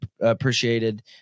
appreciated